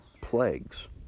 plagues